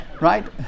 Right